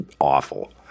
awful